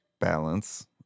balance